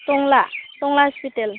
टंला टंला हस्पिटाल